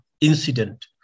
incident